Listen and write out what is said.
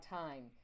time